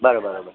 बरो बराबरि